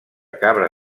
cabra